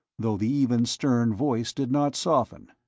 though the even, stern voice did not soften.